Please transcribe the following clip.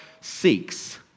seeks